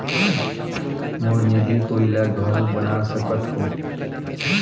मोर निधि कोई ला घल बना सकत हो?